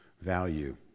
value